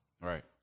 Right